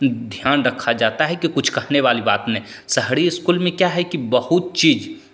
ध्यान रखा जाता है कि कुछ कहने वाली बात नहीं शहरी स्कूल में क्या है कि बहुत चीज़